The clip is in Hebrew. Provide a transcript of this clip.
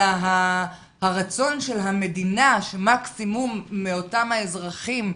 אלא הרצון של המדינה שמקסימום מאותם האזרחים,